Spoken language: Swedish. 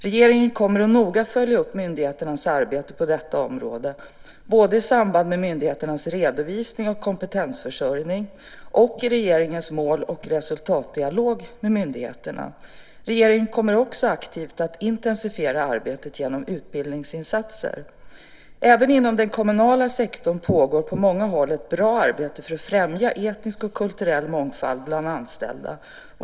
Regeringen kommer att noga följa upp myndigheternas arbete på detta område, både i samband med myndigheternas redovisning av kompetensförsörjning och i regeringens mål och resultatdialog med myndigheterna. Regeringen kommer också aktivt att intensifiera arbetet genom utbildningsinsatser. Även inom den kommunala sektorn pågår på många håll ett bra arbete för att främja etnisk och kulturell mångfald bland de anställda.